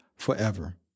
forever